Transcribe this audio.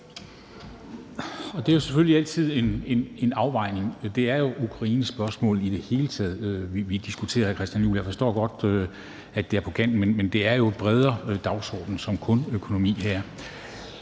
Det er jo selvfølgelig altid en afvejning. Det er jo Ukrainespørgsmålet i det hele taget, vi diskuterer, hr. Christian Juhl. Jeg forstår godt, at det er på kanten, men det er jo en bredere dagsorden end kun økonomi her.